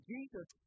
Jesus